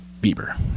Bieber